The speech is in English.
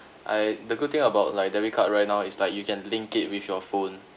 I the good thing about like debit card right now is like you can link it with your phone